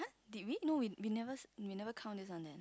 did we no we we never we never count this one leh